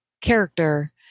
character